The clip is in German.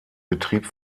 betrieb